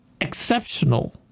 exceptional